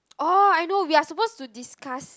oh I know we are supposed to discuss